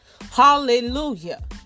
Hallelujah